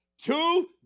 Two